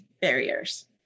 barriers